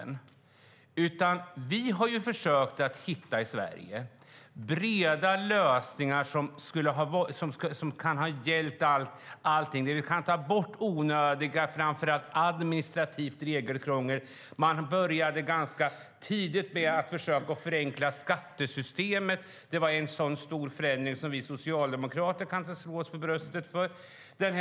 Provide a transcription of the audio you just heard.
I Sverige har vi försökt hitta breda lösningar där vi tar bort onödigt regelkrångel, framför allt administration. Man började försöka förenkla skattesystemet ganska tidigt. Det var en stor förändring som vi socialdemokrater kan slå oss för bröstet för.